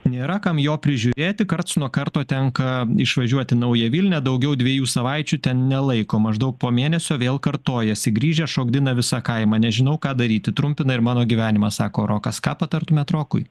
nėra kam jo prižiūrėti karts nuo karto tenka išvažiuot į naują vilnią daugiau dviejų savaičių ten nelaiko maždaug po mėnesio vėl kartojasi grįžęs šokdina visą kaimą nežinau ką daryti trumpina ir mano gyvenimą sako rokas ką patartumėt rokui